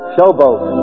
Showboat